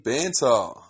Banter